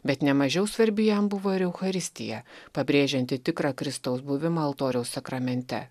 bet nemažiau svarbi jam buvo ir eucharistija pabrėžianti tikrą kristaus buvimą altoriaus sakramente